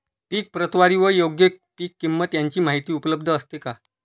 पीक प्रतवारी व योग्य पीक किंमत यांची माहिती उपलब्ध असते का?